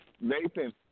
Nathan